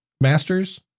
masters